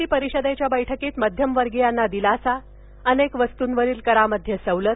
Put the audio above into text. T परिषदेच्या बैठकीत मध्यमवर्गीयांना दिलासा अनेक वस्तुंवरील करामध्ये सवलत